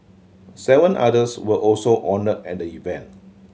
seven others were also honoured at the event